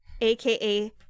aka